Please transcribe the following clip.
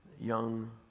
young